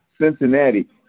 Cincinnati